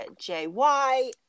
JY